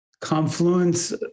confluence